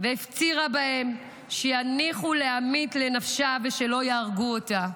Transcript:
והפצירה בהם שיניחו לעמית לנפשה ושלא יהרגו אותה.